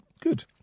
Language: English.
Good